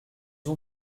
ont